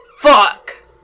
fuck